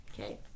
Okay